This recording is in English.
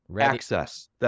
access